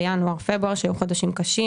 בינואר ופברואר שהיו חודשים קשים.